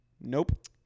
Nope